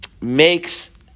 makes